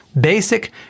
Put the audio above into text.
basic